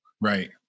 Right